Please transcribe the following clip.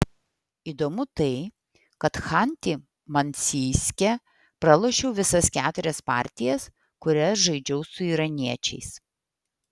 įdomu tai kad chanty mansijske pralošiau visas keturias partijas kurias žaidžiau su iraniečiais